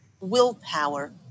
willpower